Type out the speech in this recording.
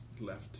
left